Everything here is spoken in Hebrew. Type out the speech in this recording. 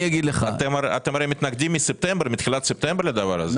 אתם הרי מתנגדים לדבר הזה מתחילת ספטמבר.